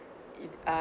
um